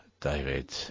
David